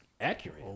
accurate